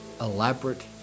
elaborate